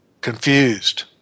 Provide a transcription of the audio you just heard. confused